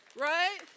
Right